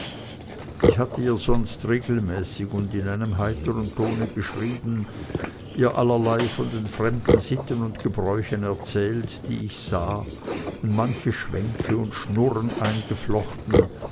ich hatte ihr sonst regelmäßig und in einem heitern tone geschrieben ihr allerlei von den fremden sitten und gebräuchen erzählt die ich sah und manche schwänke und schnurren eingeflochten